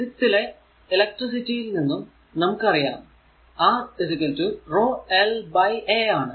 physics ലെ electricity യിൽ നിന്നും നമുക്ക് അറിയാം R rho l by A ആണ്